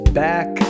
back